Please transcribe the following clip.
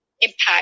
impact